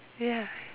ya